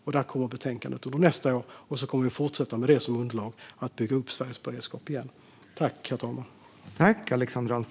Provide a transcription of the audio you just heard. Betänkandet kommer under nästa år, och sedan kommer vi att med det som underlag att fortsätta bygga upp Sveriges beredskap på nytt.